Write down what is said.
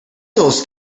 those